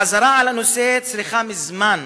החזרה על הנושא היתה צריכה מזמן